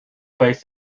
face